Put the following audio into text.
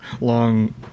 long